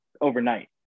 overnight